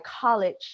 college